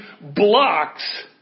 blocks